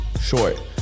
Short